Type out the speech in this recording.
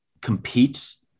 competes